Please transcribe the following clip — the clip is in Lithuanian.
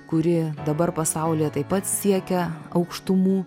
kuri dabar pasaulyje taip pat siekia aukštumų